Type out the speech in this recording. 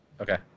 okay